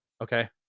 okay